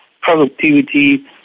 productivity